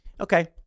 Okay